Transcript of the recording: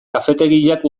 kafetegiak